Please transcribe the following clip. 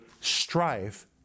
strife